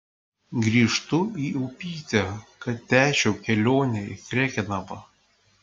grįžtu į upytę kad tęsčiau kelionę į krekenavą